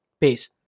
Peace